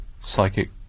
Psychic